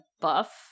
buff